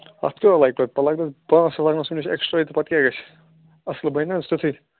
اَتھ کیوہو لَگہِ پتہٕ تۄہہِ لَگَن پانٛژھ لَگنَس ہُمہِ نِش اٮ۪کٕسٹرۂے تہٕ پتہٕ کیٛاہ گژھِ اَصٕل بَنہِ نہ حظ تیُتھٕے